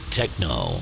Techno